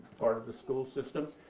part of the school system,